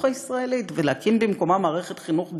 הישראלית ולהקים במקומה מערכת חינוך דמיונית?